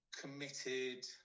committed